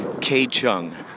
K-Chung